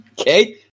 Okay